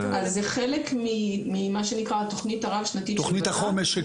זה חלק ממה שנקרא התכנית הרב שנתית, תכנית החומש.